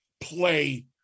play